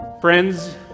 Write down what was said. Friends